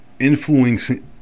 influencing